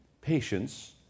patience